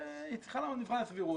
היא צריכה לעמוד במבחן הסבירות.